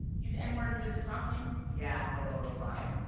you the n-word who did the talking? yeah, bobo replied.